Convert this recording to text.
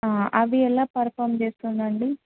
అవి ఎలా పర్ఫామ్ చేస్తుందండి